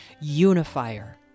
unifier